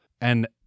and-